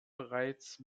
bereits